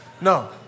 No